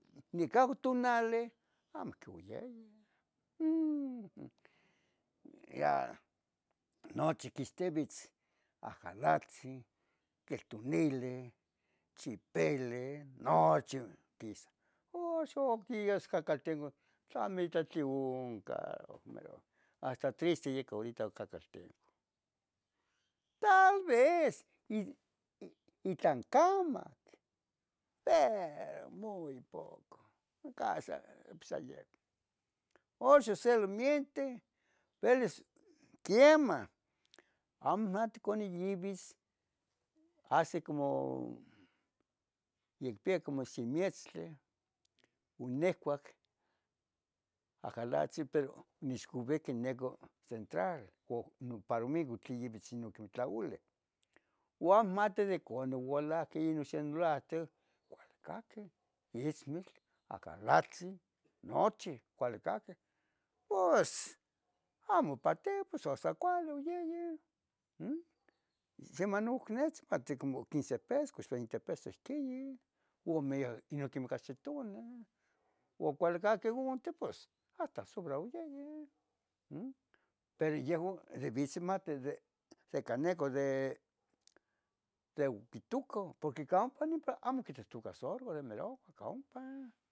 nicahcu tunali amo quiui yeye, mm. Ya nochi quixtivitz ajalatzin, queltunilin, chipeli nochi quisa, oxo oc tias cacaltengo tla mitla tioncan mero, hasta triste yec horita oc cacaltengo. Tal vez i, itlancamac pero muy poco, caxi, oxon se solomeinte vielis quiemah, amo mati coni yivis, haco como yicpia si mietztli, onehuac ajalatzin pero nexcovihque neco central, co para migotl tlen yavi itich tlaoli, uan mati de que onigualahque inon xinolahten cualicaqueh, Ich nochi Acalatzin nochi cualicaqueh pos amo patio pos so sancuali oyeye, m, se monujo nets mati como quince pesos cox veinte pesos ihquiyin, ome yan cachi tuna, ucualicaqueh unti hasta sobre oyeye m, pero yeh o de vi semati de Caneco de oc quituca porque campa nipa amo quituhtuca sorgo de milauac ic ompa